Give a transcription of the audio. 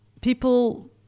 people